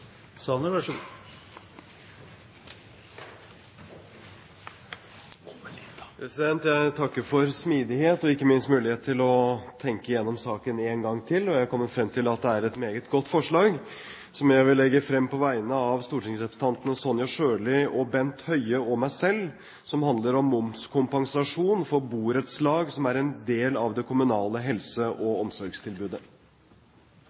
Jeg takker for smidighet og ikke minst for mulighet til å tenke gjennom saken én gang til. Jeg har kommet frem til at det er et meget godt forslag som jeg vil legge frem på vegne av stortingsrepresentantene Sonja Irene Sjøli, Bent Høie og meg selv, som handler om momskompensasjon for borettslag som er en del av det kommunale helse-